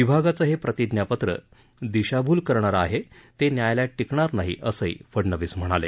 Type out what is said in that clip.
विभागाचं हे प्रतिज्ञापत्र दिशाभूल करणारं आहे ते न्यायालयात टिकणार नाही असंही फडणवीस म्हणाले